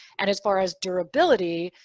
and as far as durability,